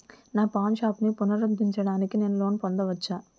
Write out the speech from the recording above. నా పాన్ షాప్ని పునరుద్ధరించడానికి నేను లోన్ పొందవచ్చా?